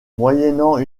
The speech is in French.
moyennant